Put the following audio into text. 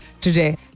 today